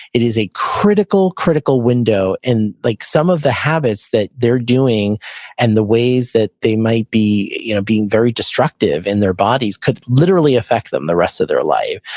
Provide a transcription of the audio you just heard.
it is a critical, critical window. and like some of the habits that they're doing and the ways that they might be you know very destructive in their bodies could literally affect them the rest of their life.